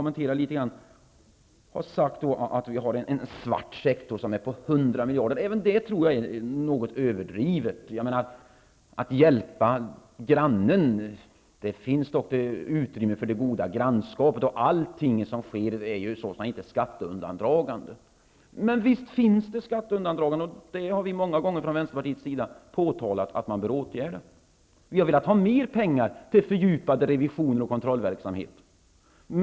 Peter Kling sade att det finns en svart sektor som omfattar 100 miljarder kronor. Jag tror att även det är något överdrivet. Det måste ju finnas utrymme för den goda grannsämjan. Allt som görs är ju inte fråga om skatteundandragande. Visst finns det de som ägnar sig åt skatteundandragande. Vi har från Vänsterpartiets sida många gånger påtalat att åtgärder måste vidtas. Vi har velat anslå mer pengar till fördjupade revisioner och kontrollverksamhet.